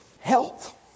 health